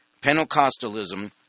Pentecostalism